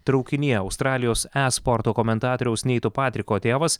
traukinyje australijos e sporto komentatoriaus neito patriko tėvas